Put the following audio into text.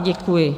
Děkuji.